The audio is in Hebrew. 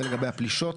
זה לגבי הפלישות.